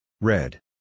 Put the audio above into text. Red